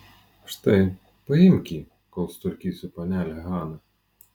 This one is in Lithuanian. štai paimk jį kol sutvarkysiu panelę haną